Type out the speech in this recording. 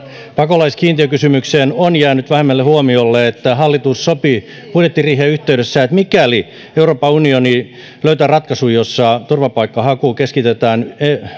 pakolaiskiintiökysymykseen on jäänyt vähemmälle huomiolle että hallitus sopi budjettiriihen yhteydessä että mikäli euroopan unioni löytää ratkaisun jossa turvapaikkahaku keskitetään